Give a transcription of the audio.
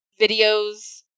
videos